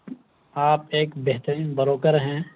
آپ ایک بہترین بروکر ہیں